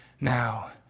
now